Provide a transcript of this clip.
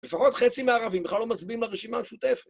לפחות חצי מהערבים, בכלל לא מצביעים לרשימה המשותפת.